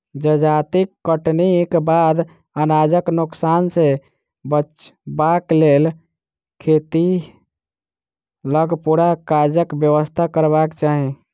जजाति कटनीक बाद अनाजक नोकसान सॅ बचबाक लेल खेतहि लग पूरा काजक व्यवस्था करबाक चाही